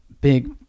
big